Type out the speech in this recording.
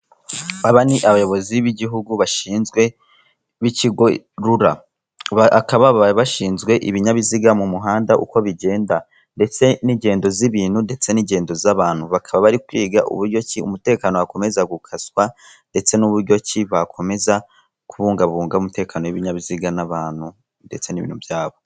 Aba ni abayobozi b'igihugu bashinzwe b'ikigo Rura, bakaba bashinzwe ibinyabiziga mu muhanda uko bigenda, ndetse n'ingendo z'ibintu ndetse n'ingendo z'abantu, bakaba bari kwiga uburyo ki umutekano wakomeza gukazwa, ndetse n'uburyo ki bakomeza kubungabunga umutekano w'inyabiziga n'abantu, ndetse n'ibintu byabo.